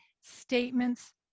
statements